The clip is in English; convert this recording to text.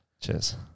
Cheers